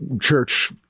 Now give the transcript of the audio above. church